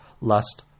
lust